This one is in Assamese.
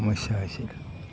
সমস্যা হৈছিল